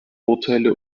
urteile